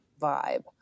vibe